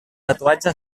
tatuatge